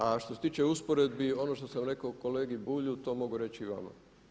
A što se tiče usporedbi, ono što sam rekao kolegi Bulju to mogu reći i vama.